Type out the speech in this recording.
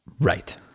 Right